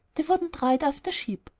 they wouldn't ride after sheep.